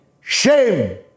shame